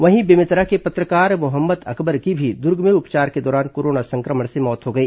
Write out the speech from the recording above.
वहीं बेमेतरा के पत्रकार मोहम्मद अकबर की भी दुर्ग में उपचार के दौरान कोरोना सं क्र मण से मौत हो गई